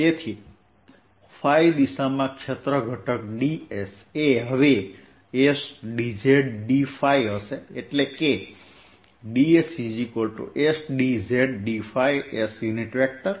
તેથીϕ દિશામાં ક્ષેત્ર ઘટક dss dz dϕ s હશે